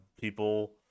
people